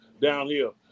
downhill